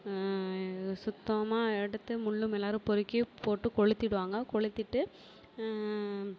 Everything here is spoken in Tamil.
சுத்தமாக எடுத்து முள்ளும் மலரும் பொறுக்கிப் போட்டுக் கொளுத்திடுவாங்க கொளுத்திவிட்டு